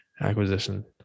acquisition